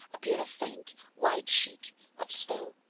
appeared a faint, white sheet of snow.